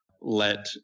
let